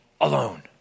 alone